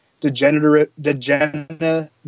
degenerative